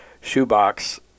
shoebox